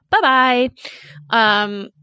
Bye-bye